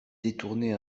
détourner